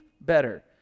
better